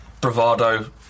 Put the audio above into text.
bravado